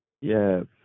Yes